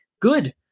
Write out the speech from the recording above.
good